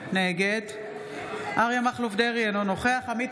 נגד אריה מכלוף דרעי, אינו נוכח עמית